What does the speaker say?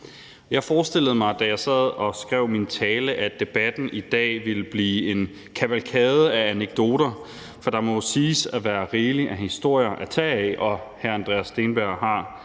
Jeg forestillede mig, da jeg sad og skrev min tale, at debatten i dag ville blive en kavalkade af anekdoter, for der må jo siges at være rigelig af historier at tage af – og hr. Andreas Steenberg har